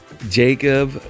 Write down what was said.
Jacob